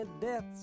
deaths